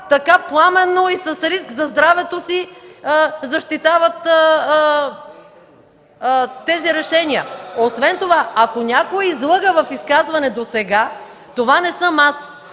така пламенно и с риск за здравето си защитават тези решения. Освен това, ако някой излъга в изказване досега, това не съм аз.